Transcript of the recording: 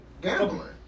Gambling